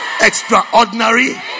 extraordinary